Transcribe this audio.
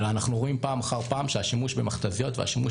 אלא אנחנו רואים פעם אחר פעם שהשימוש במכת"זיות והשימוש